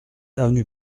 avenue